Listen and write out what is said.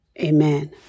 Amen